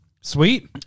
Sweet